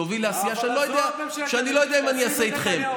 תוביל לעשייה שאני לא יודע אם אני אעשה איתכם.